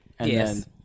Yes